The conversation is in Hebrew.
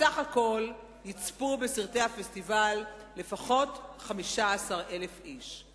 בסך הכול יצפו בסרטי הפסטיבל לפחות 15,000 איש.